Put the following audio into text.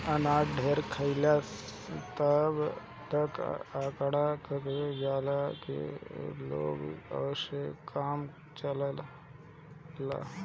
अनाज ढेर होखेला तबे त जब अकाल पड़ जाला त लोग ओसे काम चला लेवेला